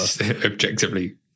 Objectively